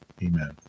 Amen